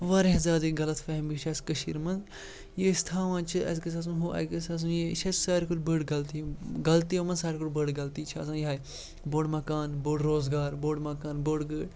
واریاہ زیادٕ یہِ غلط فہمی چھِ اَسہِ کٔشیٖرِ منٛز یہِ أسۍ تھاوان چھِ اَسہِ گژھِ آسُن ہُہ اَسہِ گژھِ آسُن یہِ چھِ اَسہِ ساروے کھۄتہٕ بٔڑ غلطی غلطیو منٛز ساروی کھۄتہٕ بٔڑ غلطی چھِ آسان یِہٕے بوٚڑ مکان بوٚڑ روزگار بوٚڑ مکان بٔڑ گٲڑۍ